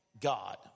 God